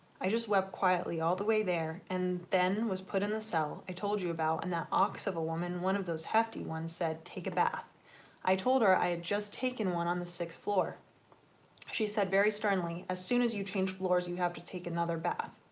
i just wept quietly all the way there and then was put in the cell i told you about and that ox of a woman one of those hefty ones said take a bath i told her i had just taken one on the sixth floor she said very sternly as soon as you change floors you have to take another bath.